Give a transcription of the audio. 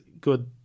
good